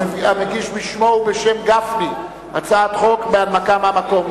המגיש בשמו ובשם גפני הצעת חוק בהנמקה מהמקום.